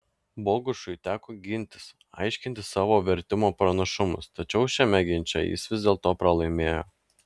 bogušui teko gintis aiškinti savo vertimo pranašumus tačiau šiame ginče jis vis dėlto pralaimėjo